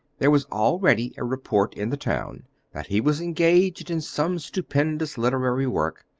there was already a report in the town that he was engaged in some stupendous literary work,